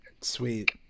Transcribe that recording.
Sweet